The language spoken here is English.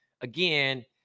again